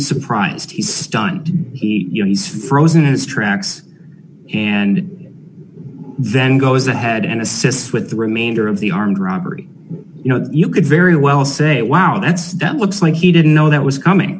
surprised he's stunned he you know he's frozen in his tracks and then goes ahead and assists with the remainder of the armed robbery you know you could very well say wow that's done looks like he didn't know that was coming